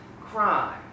crime